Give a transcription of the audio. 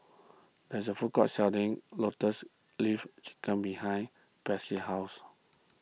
there is a food court selling Lotus Leaf Chicken behind Patsy's house